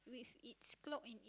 with its clock